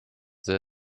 there